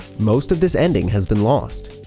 most of this ending has been lost,